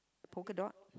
polka dots